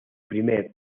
primer